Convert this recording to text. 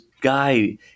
guy